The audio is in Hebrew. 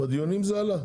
בדיונים זה עלה.